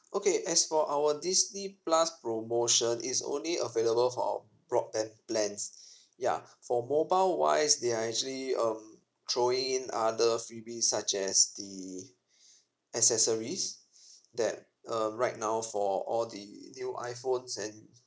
okay as for our disney plus promotion it's only available for our broadband plans yeah for mobile wise they are actually um throwing in other freebies such as the accessories that um right now for all the new iphones and